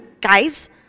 guys